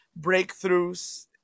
breakthroughs